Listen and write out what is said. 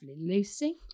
Lucy